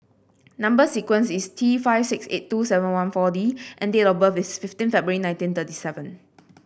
number sequence is T five six eight two seven one four D and date of birth is fifteen February nineteen thirty seven